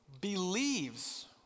believes